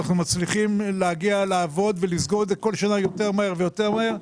אנחנו מצליחים להגיע לעבוד ולסגור את זה כל שנה יותר מהר ויותר מהר.